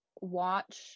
watch